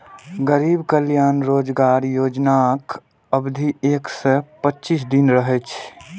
गरीब कल्याण रोजगार योजनाक अवधि एक सय पच्चीस दिन रहै